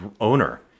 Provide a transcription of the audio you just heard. owner